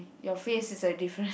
your face is a difference